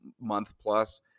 month-plus